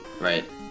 Right